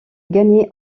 gagner